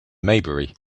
maybury